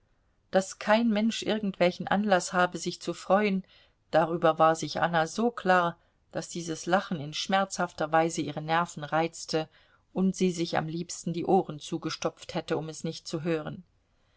daß kein mensch irgendwelchen anlaß habe sich zu freuen darüber war sich anna so klar daß dieses lachen in schmerzhafter weise ihre nerven reizte und sie sich am liebsten die ohren zugestopft hätte um es nicht zu hören